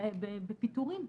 בפיטורין,